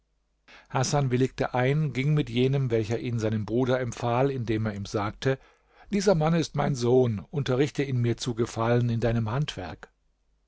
hasan willigte ein ging mit jenem welcher ihn seinem bruder empfahl indem er ihm sagte dieser mann ist mein sohn unterrichte ihn mir zu gefallen in deinem handwerk